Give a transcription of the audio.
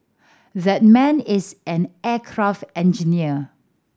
that man is an aircraft engineer